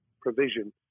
provision